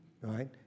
right